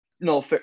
No